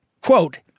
quote